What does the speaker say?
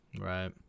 right